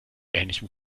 ähnlichem